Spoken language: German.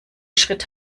schritt